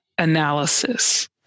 analysis